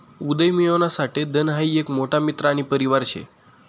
उदयमियोना साठे धन हाई एक मोठा मित्र आणि परिवार शे